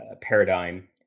paradigm